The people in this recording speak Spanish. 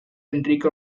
enrique